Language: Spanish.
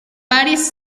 paris